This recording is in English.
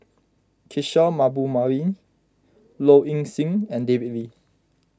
Kishore Mahbubani Low Ing Sing and David Lee